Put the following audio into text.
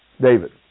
David